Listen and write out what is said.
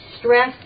stress